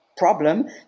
problem